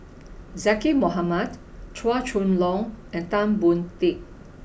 Zaqy Mohamad Chua Chong Long and Tan Boon Teik